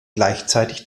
gleichzeitig